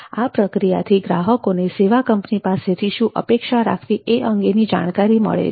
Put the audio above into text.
આ પ્રક્રિયાથી ગ્રાહકોને સેવા કંપની પાસેથી શું અપેક્ષા રાખવી એ અંગેની જાણકારી મળે છે